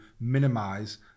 minimize